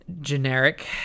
generic